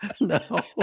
no